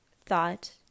thought